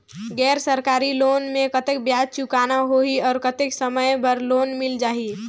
गैर सरकारी लोन मे कतेक ब्याज चुकाना होही और कतेक समय बर लोन मिल जाहि?